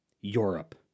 Europe